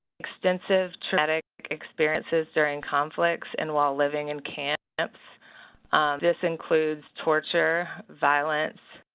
extensive traumatic experiences during conflicts and while living in camps camps this includes torture, violence,